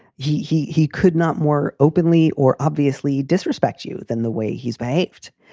he he he could not more openly or obviously disrespect you than the way he's behaved.